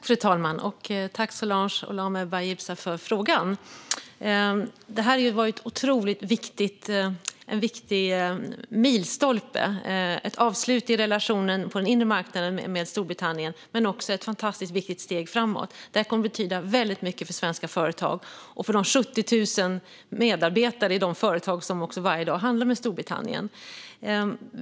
Fru talman! Jag tackar Solange Olame Bayibsa för frågan. Det här är en viktig milstolpe. Det är ett avslut på relationen på den inre marknaden med Storbritannien, men också ett fantastiskt viktigt steg framåt. Det här kommer att betyda väldigt mycket för svenska företag och för de 70 000 medarbetarna i de företag som varje dag handlar med Storbritannien.